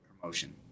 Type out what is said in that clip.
promotion